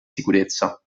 sicurezza